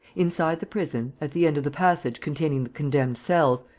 inside the prison, at the end of the passage containing the condemned cells,